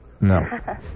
No